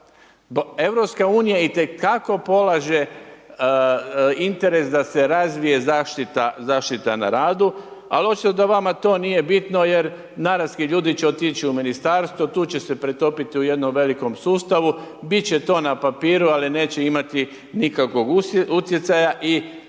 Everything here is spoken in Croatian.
razgovarat. EU itekako polaže interes da se razvije zaštita na radu, ali očito da vama to nije bitno jer .../Govornik se ne razumije./... ljudi će otići u ministarstvo, tu će se pretopiti u jednom velikom sustavu, bit će to na papiru, ali neće imati nikakvog utjecaja i za